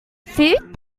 food